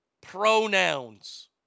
pronouns